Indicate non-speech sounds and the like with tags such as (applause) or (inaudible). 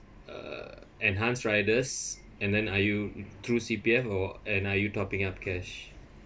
uh enhanced riders and then are you (noise) through C_P_F or and are you topping up cash